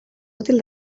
útil